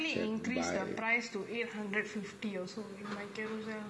so I think you increase the price to eight hundred and fifty also உனக்கு தெரிஞ்ச:unaku therinja